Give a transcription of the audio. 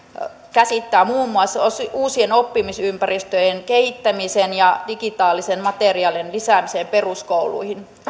käsittää muun muassa uusien oppimisympäristöjen kehittämisen ja digitaalisen materiaalin lisäämisen peruskouluihin